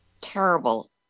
terrible